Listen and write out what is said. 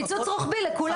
קיצוץ רוחבי לכולם.